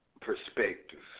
perspectives